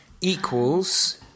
equals